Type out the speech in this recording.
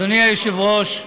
אדוני היושב-ראש,